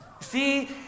See